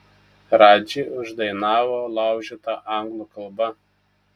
radži uždainavo laužyta anglų kalba